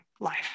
life